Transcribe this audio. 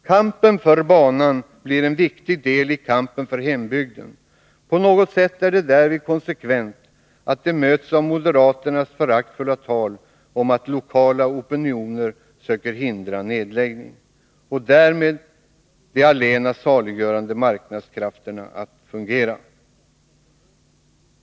Kampen för banan blir en viktig del i kampen för hembygden. På något sätt är det därvid konsekvent att de möts av moderaternas föraktfulla tal om att lokala opinioner söker hindra nedläggning och att därmed de allena saliggörande marknadskrafterna skall fungera.